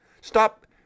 stop